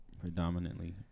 predominantly